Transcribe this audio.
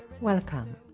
Welcome